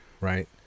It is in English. right